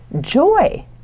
joy